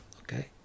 Okay